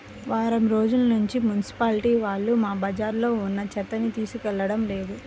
వారం రోజుల్నుంచి మున్సిపాలిటీ వాళ్ళు మా బజార్లో ఉన్న చెత్తని తీసుకెళ్లడం లేదు